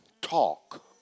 talk